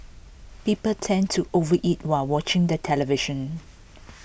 people tend to overeat while watching the television